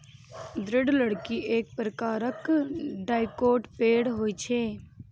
दृढ़ लकड़ी एक प्रकारक डाइकोट पेड़ होइ छै